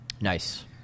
Nice